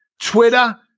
Twitter